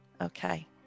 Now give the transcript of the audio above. Okay